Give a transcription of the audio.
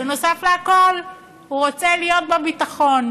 ונוסף לכול, הוא רוצה להיות בביטחון.